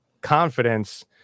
confidence